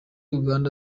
uganda